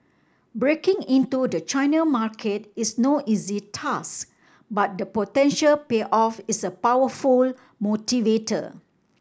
breaking into the China market is no easy task but the potential payoff is a powerful motivator